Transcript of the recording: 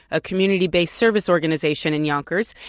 a community-based service organization in yonkers.